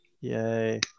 Yay